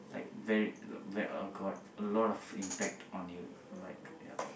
like very like very uh got a lot of impact on you like yeah